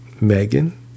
Megan